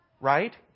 right